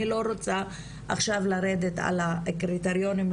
אני לא רוצה עכשיו לרדת על קריטריונים,